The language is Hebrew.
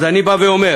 אז אני בא ואומר,